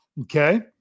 Okay